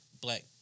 black